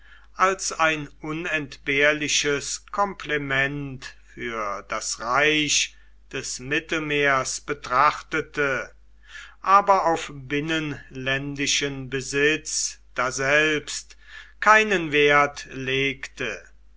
als ein unentbehrliches komplement für das reich des mittelmeers betrachtete aber auf binnenländischen besitz daselbst keinen wert legte